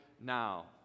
now